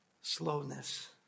slowness